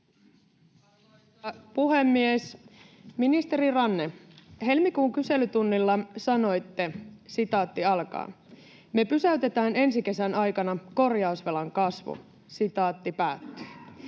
Arvoisa puhemies! Ministeri Ranne, helmikuun kyselytunnilla sanoitte: ”Me pysäytetään ensi kesän aikana korjausvelan kasvu.” Ensi kesähän